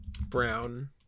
Brown